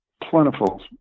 plentiful